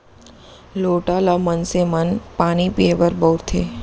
लोटा ल मनसे मन पानी पीए बर बउरथे